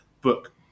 book